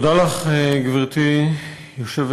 תודה לך, גברתי היושבת-ראש.